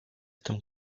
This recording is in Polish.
tym